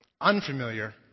unfamiliar